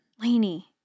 Laney